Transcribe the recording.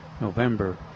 November